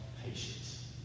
patience